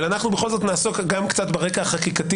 אבל אנחנו בכל זאת נעסוק גם קצת ברקע החקיקתי